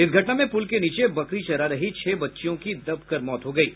इस घटना में पुल के नीचे बकरी चरा रही छह बच्चियों की दबकर मौत हो गयी